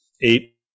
eight